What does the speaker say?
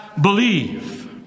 believe